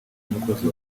nk’umukozi